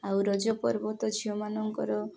ଆଉ ରଜ ପର୍ବ ତ ଝିଅମାନଙ୍କର